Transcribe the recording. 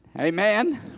Amen